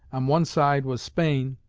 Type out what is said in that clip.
on one side was spain,